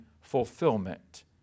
fulfillment